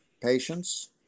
patients